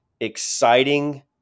exciting